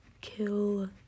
kill